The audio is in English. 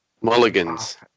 Mulligans